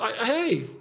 Hey